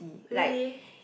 really